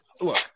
look